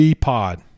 Pod